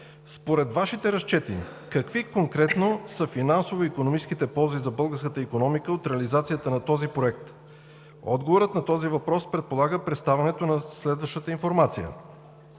според Вашите разчети какви конкретно са финансово-икономическите ползи за българската икономика от реализацията на този проект? Отговорът на този въпрос предполага представянето на следващата информация.